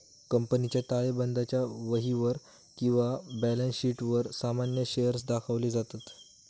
कंपनीच्या ताळेबंदाच्या वहीवर किंवा बॅलन्स शीटवर सामान्य शेअर्स दाखवले जातत